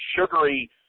sugary